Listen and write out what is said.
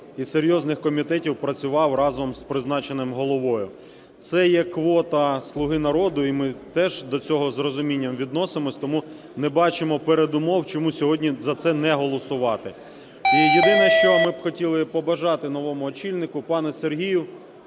і серйозних комітетів працював разом з призначеним головою. Це є квота "Слуга народу", і ми теж до цього з розумінням відносимося, тому не бачимо передумов, чому сьогодні за це не голосувати. І єдине, що ми б хотіли побажати новому очільнику пану Сергію,